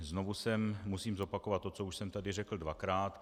Znovu musím zopakovat to, co už jsem tady řekl dvakrát.